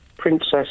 Princess